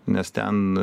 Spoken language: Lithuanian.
nes ten